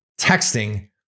Texting